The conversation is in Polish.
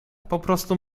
poprostu